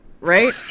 Right